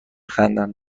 خندند